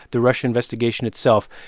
the russia investigation itself,